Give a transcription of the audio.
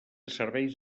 serveis